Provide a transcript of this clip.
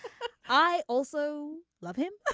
i also love him.